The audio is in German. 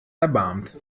erbarmt